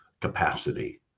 capacity